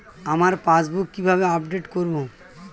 আমার পাসবুক কিভাবে আপডেট করবো?